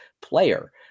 player